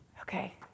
okay